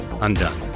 undone